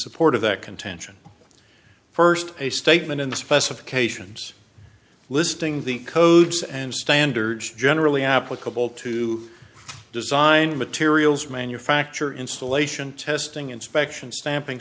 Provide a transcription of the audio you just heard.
support of that contention first a statement in the specifications listing the codes and standards generally applicable to design materials manufacture installation testing inspection stamping